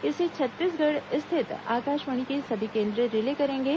इसे छत्तीसगढ़ स्थित आकाशवाणी के सभी केंद्र रिले करेंगे